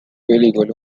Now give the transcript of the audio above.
ülikooli